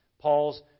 Paul's